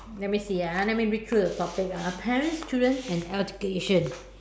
let me see ah let me read through the topic ah parents children and education